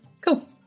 Cool